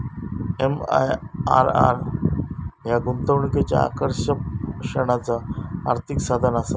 MIRR ह्या गुंतवणुकीच्या आकर्षणाचा आर्थिक साधनआसा